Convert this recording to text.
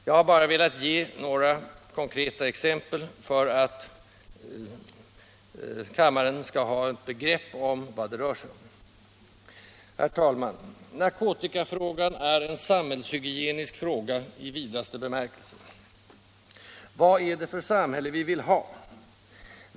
Jag har bara velat ge några konkreta exempel för att kammaren skall få ett begrepp om vad det rör sig om. Herr talman! Narkotikafrågan är en samhällshygienisk fråga i vidaste bemärkelse. Vad är det för samhälle vi vill ha?